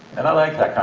and i like that kind